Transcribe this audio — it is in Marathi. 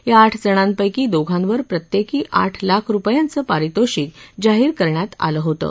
या आठ जणांपैकी दोघांवर प्रत्येकी आठ लाख रुपयांचं पारितोषिक जाहीर करण्यात आलं होतं